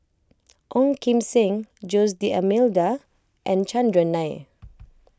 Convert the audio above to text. Ong Kim Seng Jose D'Almeida and Chandran Nair